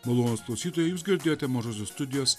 malonūs klausytojai jūs girdėjote mažosios studijos